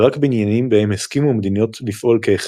ורק בעניינים, בהם הסכימו המדינות לפעול כאחד.